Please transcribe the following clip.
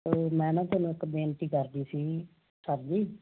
ਮੈਂ ਨਾ ਤੁਹਾਨੂੰ ਇੱਕ ਬੇਨਤੀ ਕਰਦੀ ਸੀ ਸਰ ਜੀ